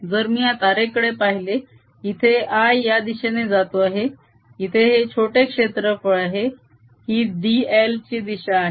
जर मी या तारेकडे पाहिले इथे I या दिशेने जातो आहे इथे हे छोटे क्षेत्रफळ आहे ही dl ची दिशा आहे